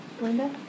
Linda